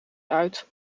uit